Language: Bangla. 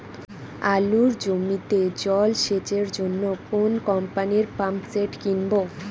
আলুর জমিতে জল সেচের জন্য কোন কোম্পানির পাম্পসেট কিনব?